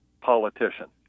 politician